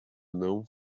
não